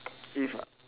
if ah